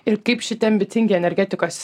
ir kaip šitie ambicingi energetikos